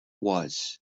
was